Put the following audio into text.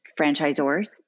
franchisors